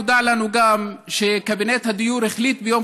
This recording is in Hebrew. נודע לנו גם שקבינט הדיור החליט ביום